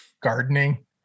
Gardening